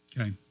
okay